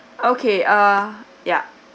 okay ah yup